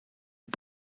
you